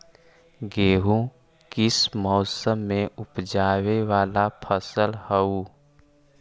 गेहूं किस मौसम में ऊपजावे वाला फसल हउ?